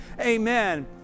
Amen